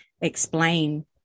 explain